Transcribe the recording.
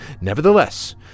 Nevertheless